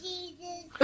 Jesus